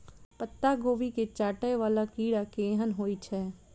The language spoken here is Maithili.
पत्ता कोबी केँ चाटय वला कीड़ा केहन होइ छै?